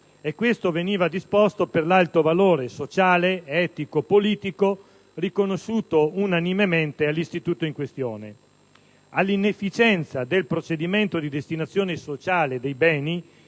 E questo veniva disposto per l'alto valore sociale, etico e politico riconosciuto unanimemente all'istituto in questione. All'inefficienza del procedimento di destinazione sociale dei beni